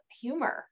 humor